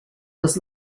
was